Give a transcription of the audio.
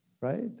right